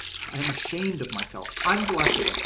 i am ashamed of myself, i am blushing,